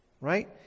right